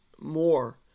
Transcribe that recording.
more